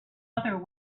other